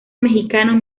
mexicano